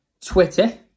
Twitter